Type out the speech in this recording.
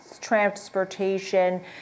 transportation